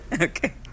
Okay